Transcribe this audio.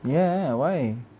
ஏன்:yen why